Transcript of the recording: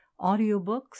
audiobooks